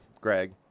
Greg